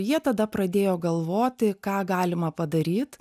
jie tada pradėjo galvoti ką galima padaryt